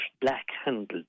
Black-handled